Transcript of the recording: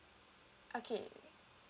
okay